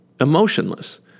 Emotionless